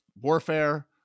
warfare